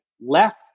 left